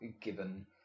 given